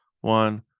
one